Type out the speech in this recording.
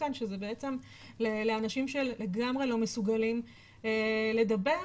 כאן שזה בעצם לאנשים שלגמרי לא מסוגלים לדבר,